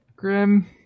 Grim